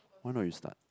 why not you start